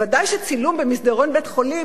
ודאי שצילום במסדרון בית-חולים,